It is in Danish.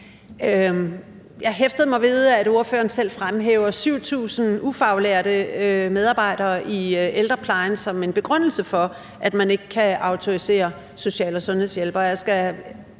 Jeg hæfter mig ved, at ordføreren selv fremhæver det, at der er 7.000 ufaglærte medarbejdere i ældreplejen, som en begrundelse for, at man ikke kan autorisere social- og sundhedshjælpere.